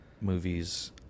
movies